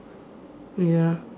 ya